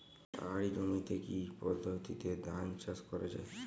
পাহাড়ী জমিতে কি পদ্ধতিতে ধান চাষ করা যায়?